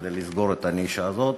כדי לסגור את הנישה הזאת.